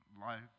life